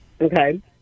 Okay